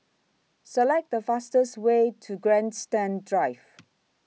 Select The fastest Way to Grandstand Drive